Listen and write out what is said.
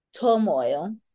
turmoil